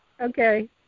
Okay